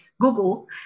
Google